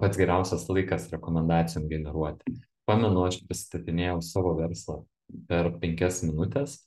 pats geriausias laikas rekomendacijom generuoti pamenu aš pristatinėjau savo verslą per penkias minutes